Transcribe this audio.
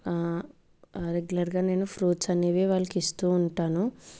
రెగ్యులర్గా నేను ఫ్రూట్స్ అనేవి వాళ్ళకి ఇస్తూ ఉంటాను